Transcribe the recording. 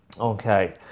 Okay